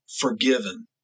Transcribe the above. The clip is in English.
forgiven